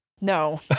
No